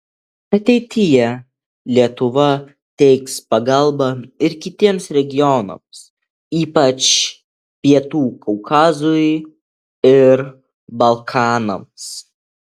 ateityje lietuva teiks pagalbą ir kitiems regionams ypač pietų kaukazui ir balkanams